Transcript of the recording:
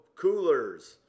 coolers